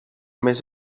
més